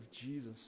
Jesus